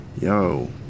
yo